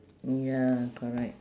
ya correct